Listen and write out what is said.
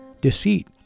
deceit